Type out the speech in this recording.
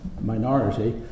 minority